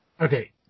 Okay